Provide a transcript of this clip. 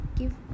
give